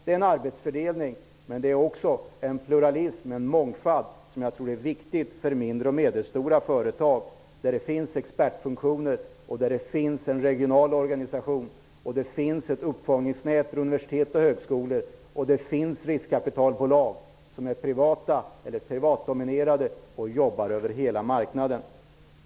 Det är en arbetsfördelning, men det är också en pluralism, en mångfald, som är viktiga för mindre och medelstora företag, där det finns expertfunktioner och en regional organisation, ett uppfångningsnät för universitet och högskolor och riskkapitalbolag som är privata eller privatdominerade och jobbar över hela marknaden.